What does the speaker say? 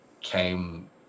came